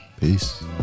peace